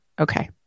Okay